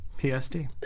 PSD